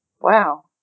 Wow